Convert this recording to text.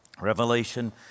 Revelation